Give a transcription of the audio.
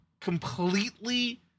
completely